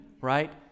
right